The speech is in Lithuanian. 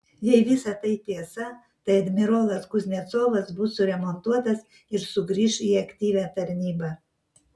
jei visa tai tiesa tai admirolas kuznecovas bus suremontuotas ir sugrįš į aktyvią tarnybą